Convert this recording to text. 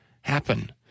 happen